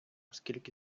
скільки